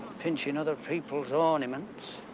pinching other people's ornaments.